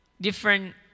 different